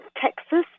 Texas